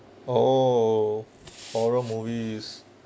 oh horror movies